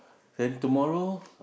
then tomorrow